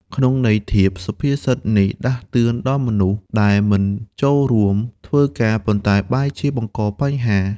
ក្នុងន័យធៀប សុភាសិតនេះដាស់តឿនដល់មនុស្សដែលមិនចូលរួមធ្វើការ ប៉ុន្តែបែរជាបង្កបញ្ហា។